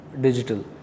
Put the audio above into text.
digital